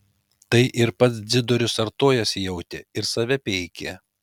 tai ir pats dzidorius artojas jautė ir save peikė